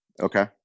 okay